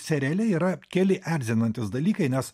seriale yra keli erzinantys dalykai nes